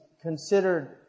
considered